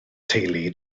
teulu